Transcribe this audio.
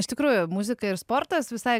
iš tikrųjų muzika ir sportas visai